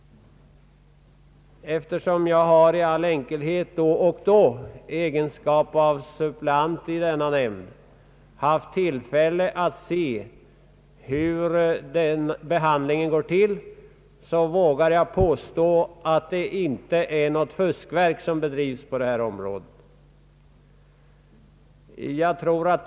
Eftersom jag i all enkelhet och då i egenskap av suppleant i vapenfrinämnden har haft tillfälle att se hur behandlingen av dessa ärenden går till vågar jag också påstå att det inte är något fuskverk som bedrivs på detta område.